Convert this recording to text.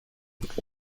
dove